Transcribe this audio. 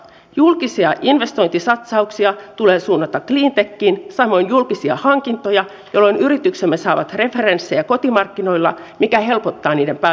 julkisia investointisatsauksia tulee suunnata cleantechiin samoin julkisia hankintoja jolloin yrityksemme saavat referenssejä kotimarkkinoilla mikä helpottaa niiden pääsyä vientimarkkinoille